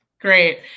great